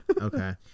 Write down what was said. Okay